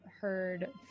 heard